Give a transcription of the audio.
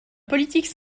politique